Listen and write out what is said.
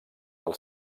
del